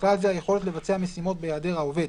ובכלל זה היכולת לבצע משימות בהיעדר העובד,